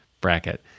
bracket